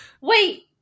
Wait